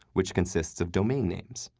which consists of domain names.